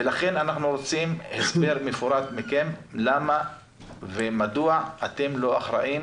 ולכן אנחנו רוצים הסבר מפורט מכם למה ומדוע אתם לא אחראים